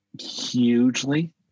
hugely